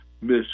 Miss